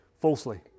falsely